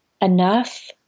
enough